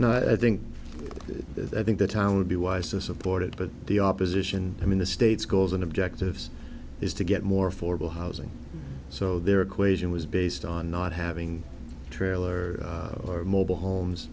out i think that i think the town would be wise to support it but the opposition i mean the state's goals and objectives is to get more affordable housing so their equation was based on not having trailer or mobile homes